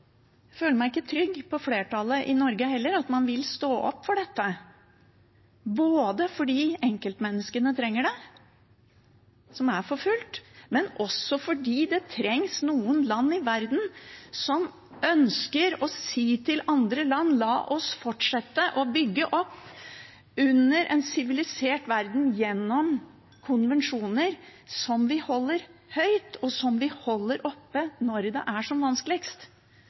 på at flertallet i Norge vil stå opp for det – både fordi enkeltmenneskene som er forfulgt, trenger det, og fordi det trengs noen land i verden som ønsker å si til andre land: «La oss fortsette å bygge opp under en sivilisert verden gjennom konvensjoner som vi holder høyt, og som vi holder oppe når det er som vanskeligst.»